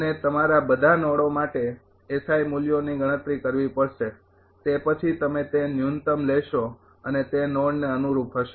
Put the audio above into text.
અને તમારા બધા નોડો માટે મૂલ્યોની ગણતરી કરવી પડશે તે પછી તમે તે ન્યૂનતમ લેશો અને તે નોડને અનુરૂપ હશે